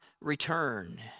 return